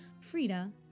Frida